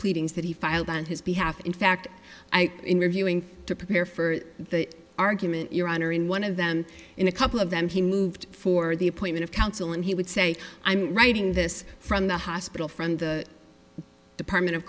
pleadings that he filed on his behalf in fact i in reviewing to prepare for the argument your honor in one of them in a couple of them he moved for the appointment of counsel and he would say i'm writing this from the hospital from the department of